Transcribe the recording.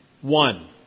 One